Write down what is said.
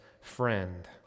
friend